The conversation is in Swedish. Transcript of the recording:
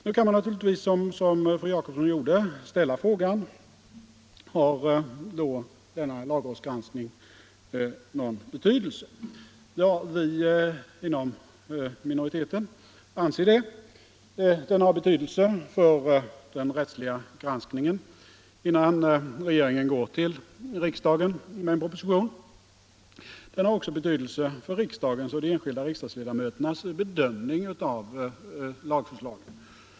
Nu kan man naturligtvis, som fru Jacobsson gjorde, ställa frågan: Har då denna lagrådsgranskning någon betydelse? Ja, vi inom minoriteten anser det. Den har betydelse för den rättsliga granskningen innan regeringen går till riksdagen med en proposition. Den har också betydelse för riksdagens och de enskilda riksdagsledamöternas bedömning av lagförslagen.